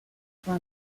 for